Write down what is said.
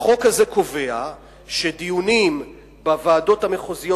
החוק הזה קובע שדיונים בוועדות המחוזיות